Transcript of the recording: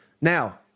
Now